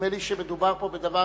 נדמה לי שמדובר פה בדבר,